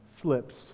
slips